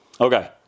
Okay